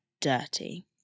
dirty